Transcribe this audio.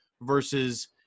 versus